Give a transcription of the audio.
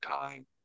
time